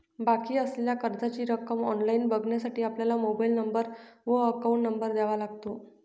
बाकी असलेल्या कर्जाची रक्कम ऑनलाइन बघण्यासाठी आपला मोबाइल नंबर व अकाउंट नंबर द्यावा लागतो